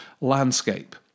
landscape